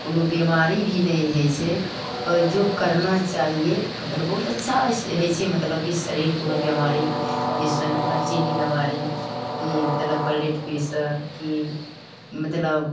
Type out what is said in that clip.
कोनो बीमारी भी नहि होइ छै परयोग करना चाहिए मतलब बहुत अच्छा होइ छै मतलब की शरीर कोनो बीमारी जैसन कोनो चीनी बीमारी की मतलब ब्लड प्रेशर की मतलब